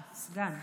סגן.